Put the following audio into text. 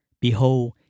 Behold